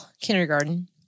kindergarten